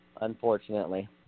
unfortunately